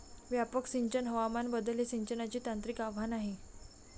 व्यापक सिंचन हवामान बदल हे सिंचनाचे तांत्रिक आव्हान आहे